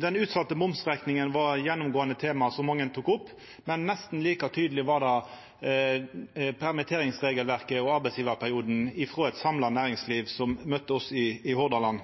Den utsette momsrekninga var eit gjennomgåande tema som mange tok opp, men nesten like tydeleg som tema var permitteringsregelverket og arbeidsgjevarperioden – frå eit samla næringsliv som møtte oss i Hordaland,